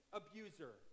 abuser